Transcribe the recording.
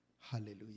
Hallelujah